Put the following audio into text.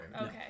Okay